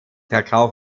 verkauf